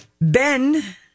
Ben